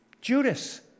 Judas